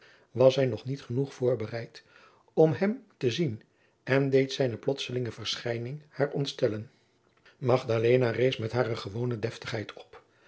was zij nog niet genoeg voorbereid om hem te zien en deed zijne plotselinge verschijning haar ontstellen magdalena rees met hare gewone deftigheid op